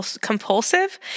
compulsive